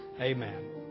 Amen